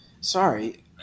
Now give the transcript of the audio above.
sorry